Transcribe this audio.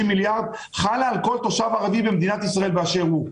מיליארד חלה על כל תושב ערבי במדינת ישראל באשר הוא.